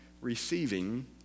receiving